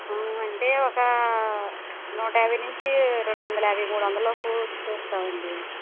అంటే ఒక నూట యాభై నుంచి రెండొందల యాబై మూడొందల లోపు చూస్తామండి